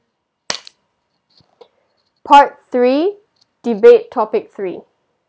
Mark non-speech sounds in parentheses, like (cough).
(noise) part three debate topic three